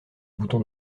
bouton